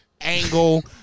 angle